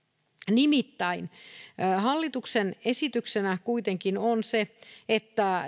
nimittäin hallituksen esityksenä kuitenkin on se että